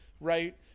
right